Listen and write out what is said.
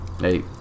hey